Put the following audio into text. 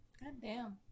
Goddamn